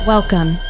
Welcome